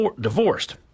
divorced